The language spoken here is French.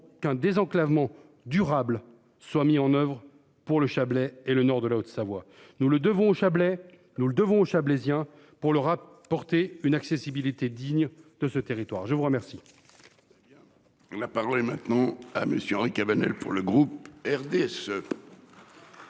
qu'un désenclavement durable soit mis en oeuvre pour le Chablais et le nord de la Haute-Savoie. Nous le devons au Chablais. Nous le devons aux Chablaisiens pour le rap porter une accessibilité digne de ce territoire. Je vous remercie. Damien. La parole est maintenant à monsieur Henri Cabanel pour le groupe. RDS.